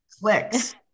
clicks